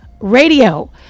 Radio